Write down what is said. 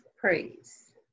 praise